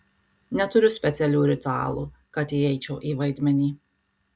neturiu specialių ritualų kad įeičiau į vaidmenį